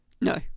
no